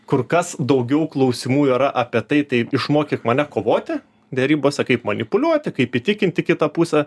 kur kas daugiau klausimų yra apie tai tai išmokyk mane kovoti derybose kaip manipuliuoti kaip įtikinti kitą pusę